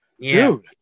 Dude